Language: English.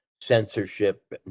censorship